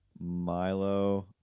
Milo